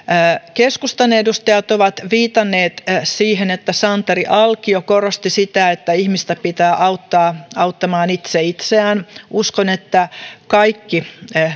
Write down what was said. keskustan edustajat ovat viitanneet siihen että santeri alkio korosti sitä että ihmistä pitää auttaa auttamaan itse itseään uskon että kaikki